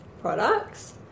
products